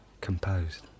composed